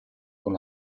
con